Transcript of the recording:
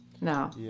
No